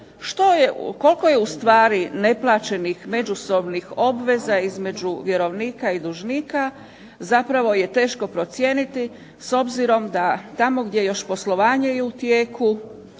Koliko je ustvari neplaćenih međusobnih obveza između vjerovnika i dužnika zapravo je teško procijeniti s obzirom da tamo gdje još poslovanje je u tijeku